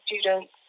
students